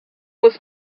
was